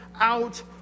out